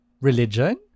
religion